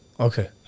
Okay